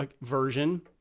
version